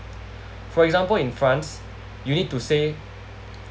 for example in france you need to say